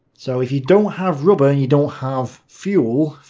so if you don't have rubber and you don't have fuel,